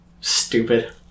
stupid